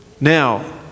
Now